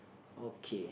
okay